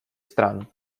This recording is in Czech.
stran